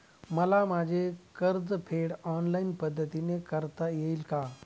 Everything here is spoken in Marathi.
मला माझे कर्जफेड ऑनलाइन पद्धतीने करता येईल का?